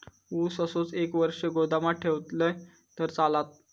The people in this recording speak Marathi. ऊस असोच एक वर्ष गोदामात ठेवलंय तर चालात?